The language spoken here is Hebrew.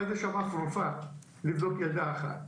לא הייתה שם אף רופאה לבדוק ילדה אחת.